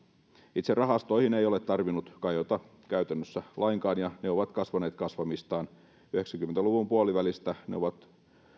itse rahastoihin ei ole tarvinnut kajota käytännössä lainkaan ja ne ovat kasvaneet kasvamistaan yhdeksänkymmentä luvun puolivälistä ne ovat